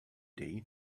day